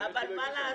כנראה שהיא לא הגישה.